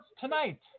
tonight